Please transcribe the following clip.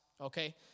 okay